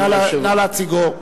נא להציגו.